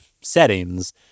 settings